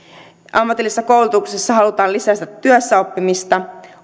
ammatillisessa koulutuksessa halutaan lisätä työssäoppimista